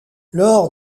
lors